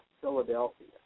Philadelphia